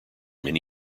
many